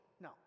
No